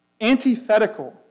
antithetical